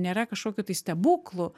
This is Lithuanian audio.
nėra kažkokių tai stebuklų